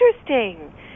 interesting